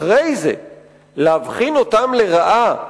אחרי זה להבחין אותם לרעה